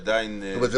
זה עדיין --- זאת אומרת,